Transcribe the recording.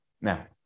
Now